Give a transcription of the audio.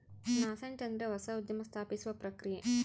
nascent ಅಂದ್ರೆ ಹೊಸ ಉದ್ಯಮ ಸ್ಥಾಪಿಸುವ ಪ್ರಕ್ರಿಯೆ